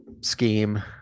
scheme